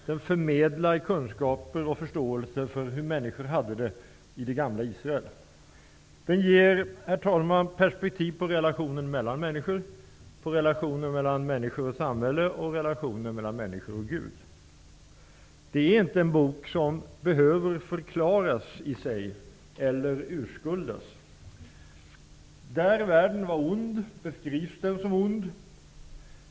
Den förmedlar kunskaper om och förståelse för hur människor hade det i det gamla Isarel. Herr talman! Den ger perspektiv på relationen mellan människor, relationen mellan människor och samhälle och relationen mellan människor och Gud. Det är inte en bok som behöver förklaras eller urskuldas. Då världen var ond beskrivs den som ond.